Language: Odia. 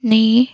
ନେଇ